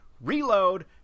Reload